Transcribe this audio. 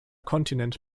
kontinent